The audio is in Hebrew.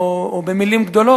או במלים גדולות.